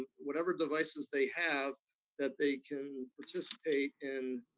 whatever devices they have that they can participate in